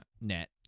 net